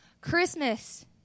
Christmas